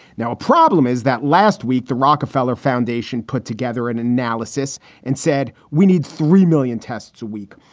now, a problem is that last week the rockefeller foundation put together an analysis and said we need three million tests a week.